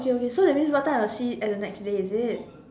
okay okay so that means what time I'll see at the next day is it